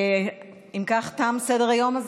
אם כך, תם סדר-היום.